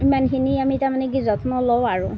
ইমানখিনি আমি তাৰমানে কি যত্ন লওঁ আৰু